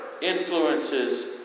influences